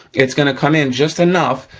it's gonna come in just enough,